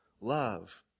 Love